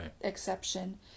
exception